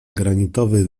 granitowy